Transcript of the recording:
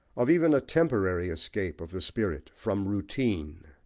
of even a temporary escape of the spirit from routine.